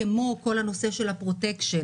כמו כל נושא הפרוטקשן.